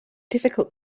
difficult